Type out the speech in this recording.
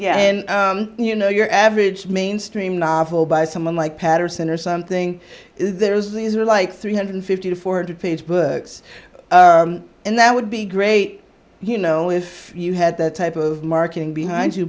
yeah and you know your average mainstream novel by someone like patterson or something there's these are like three hundred fifty to four hundred page books and that would be great you know if you had that type of marketing behind you